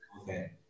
Okay